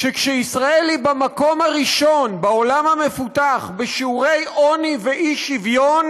שכשישראל היא במקום הראשון בעולם המפותח בשיעורי עוני והאי-שוויון,